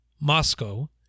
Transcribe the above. moscow